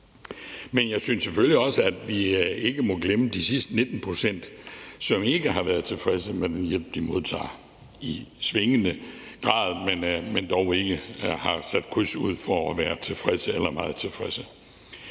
Men jeg synes selvfølgelig også, at vi ikke må glemme de sidste 19 pct., som ikke har været tilfredse med den hjælp, de modtager. Det er i svingende grad, men de har dog ikke sat kryds ud for, at de er tilfredse eller meget tilfredse.